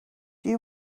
you